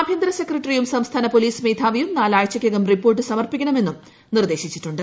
ആഭ്യന്തര സെക്രട്ടറിയും സംസ്ഥാന പോലീസ് മേധാവിയും നാലാഴ്ച യ്ക്കകം റിപ്പോർട്ട് സമർപ്പിക്കണമെന്നും നിർദ്ദേശിച്ചിട്ടുണ്ട്